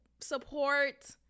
support